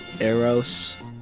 Eros